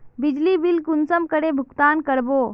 बिजली बिल कुंसम करे भुगतान कर बो?